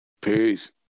Peace